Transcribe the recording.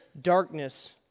darkness